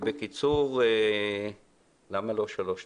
בקיצור, למה לא שלוש דקות?